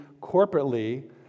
corporately